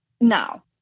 Now